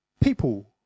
people